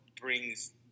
brings